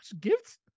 gifts